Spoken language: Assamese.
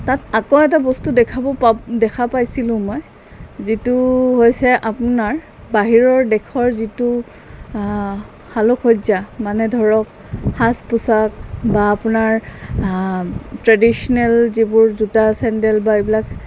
তাত আকৌ এটা বস্তু দেখাব পা দেখা পাইছিলোঁ মই যিটো হৈছে আপোনাৰ বাহিৰৰ দেশৰ যিটো আলোকসজ্জা মানে ধৰক সাজ পোছাক বা আপোনাৰ ট্ৰেডিশনেল যিবোৰ জোতা চেণ্ডেল বা এইবিলাক